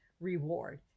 reward